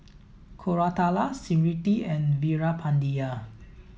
Koratala Smriti and Veerapandiya